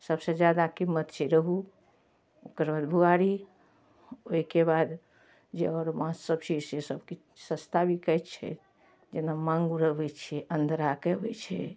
सबसँ जादा कीमत छै रोहु ओकर बाद बुआरी ओहिकेबाद जे आओर माँछसब छै से सबकिछु सस्ता बिकाइ छै जेना माङ्गुर अबै छै आन्ध्राके अबै छै